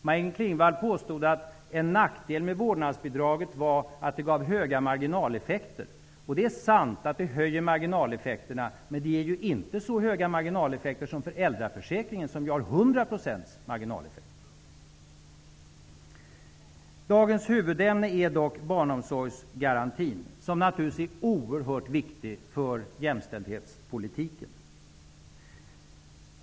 Maj-Inger Klingvall påstod att en nackdel med vårdnadsbidraget var att det gav höga marginaleffekter. Det är sant att det höjer marginaleffekterna, men inte så mycket som föräldraförsäkringen, som har 100 % Dagens huvudämne är dock barnomsorgsgarantin, som naturligtvis är oerhört viktig för jämställdhetspolitiken.